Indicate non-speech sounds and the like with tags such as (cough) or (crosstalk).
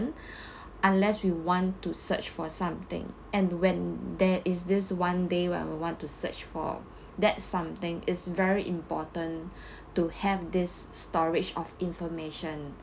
(breath) unless we want to search for something and when there is this one day where we want to search for that something is very important (breath) to have this storage of information